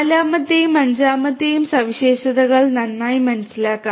നാലാമത്തെയും അഞ്ചാമത്തെയും സവിശേഷതകൾ നന്നായി മനസ്സിലാക്കാം